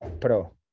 pro